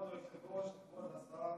כבוד היושב-ראש, כבוד השר,